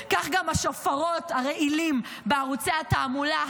כך גם השופרות הרעילים בערוצי התעמולה,